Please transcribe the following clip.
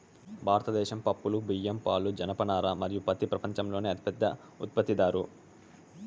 భారతదేశం పప్పులు, బియ్యం, పాలు, జనపనార మరియు పత్తి ప్రపంచంలోనే అతిపెద్ద ఉత్పత్తిదారు